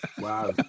Wow